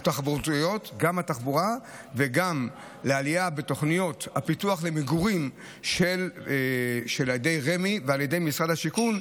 התחבורתיות וגם לעלייה בתוכניות הפיתוח למגורים של רמ"י ושל משרד השיכון,